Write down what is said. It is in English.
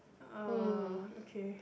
uh okay